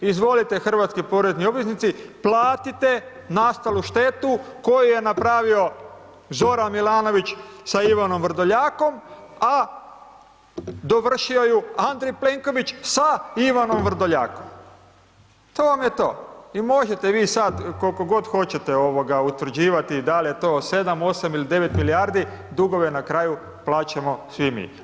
Izvolite hrvatski porezni obveznici platite nastalu štetu koju je napravio Zoran Milanović sa Ivanom Vrdoljakom, a dovršio ju Andrej Plenković sa Ivanom Vrdoljakom, to vam je to i možete vi sad koliko god hoćete utvrđivati dal je to 7, 8 ili 9 milijardi, dugove na kraju plaćamo svi mi.